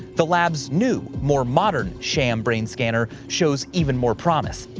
the labs new, more modern sham brain scanner shows even more promise,